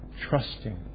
trusting